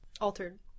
altered